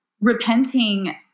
repenting